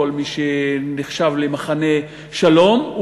כל מי שנחשב למחנה שלום,